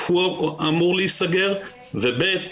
הוא אמור להיסגר; ו-ב'.